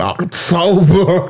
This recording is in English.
October